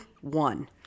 one